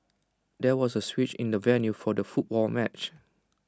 there was A switch in the venue for the football match